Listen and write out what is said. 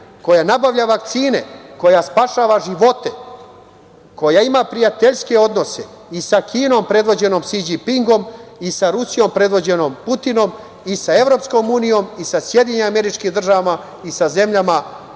kaja nabavlja vakcine, koja spašava živote, koja ima prijateljske odnose i sa Kinom predvođenom Si Đinpingom, i sa Rusijom predvođenom Putinom, i sa Evropskom unijom, i sa SAD i sa zemljama